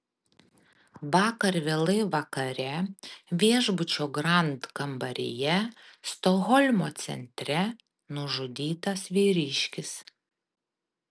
vakar vėlai vakare viešbučio grand kambaryje stokholmo centre nužudytas vyriškis